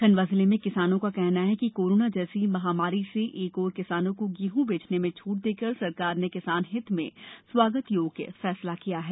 खण्डवा जिले में किसानों का कहना है कि कोरोना जैसी महामारी से एक ओर किसानों को गेंह् बेचने में छूट देकर सरकार ने किसान हित में स्वागत योग्य फैसला किया है